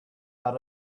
had